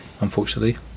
unfortunately